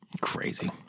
Crazy